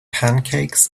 pancakes